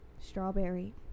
Strawberry